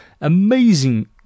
amazing